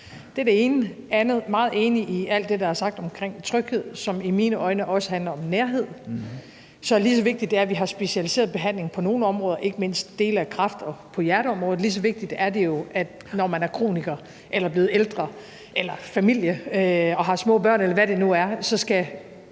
det andet er jeg meget enig i alt det, der er sagt om tryghed, og som i mine øjne også handler om nærhed. Så lige så vigtigt, det er, at vi har specialiseret behandling på nogle områder – ikke mindst på dele af kræftområdet og på hjerteområdet – lige så vigtigt er det jo, at det nære sundhedsvæsen, når man er kroniker eller blevet ældre eller er en familie, der har små børn, eller hvad det nu er, gerne skal